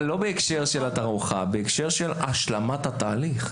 אבל לא בהקשר של התערוכה, בהקשר של השלמת התהליך.